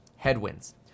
headwinds